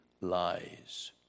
lies